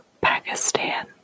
Pakistan